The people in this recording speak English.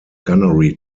gunnery